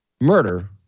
murder